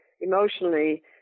emotionally